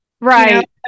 right